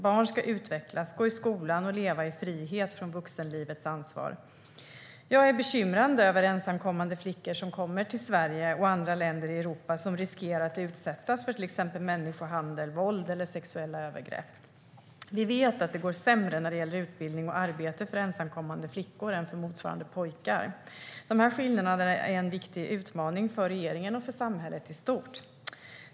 Barn ska utvecklas, gå i skolan och leva i frihet från vuxenlivets ansvar. Jag är bekymrad över de ensamkommande flickor som kommer till Sverige och andra länder i Europa som riskerar att utsättas för till exempel människohandel, våld eller sexuella övergrepp. Vi vet att det går sämre när det gäller utbildning och arbete för ensamkommande flickor än för motsvarande pojkar. De här skillnaderna är en viktig utmaning för regeringen och samhället i stort.